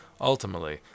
ultimately